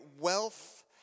wealth